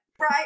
Right